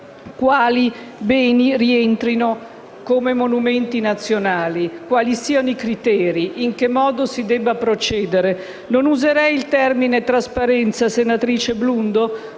quali beni rientrino tra i monumenti nazionali: quali siano i criteri, in che modo si debba procedere. Non userei il termine «trasparenza», senatrice Blundo,